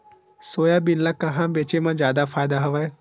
Soybean ल कहां बेचे म जादा फ़ायदा हवय?